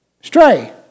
Stray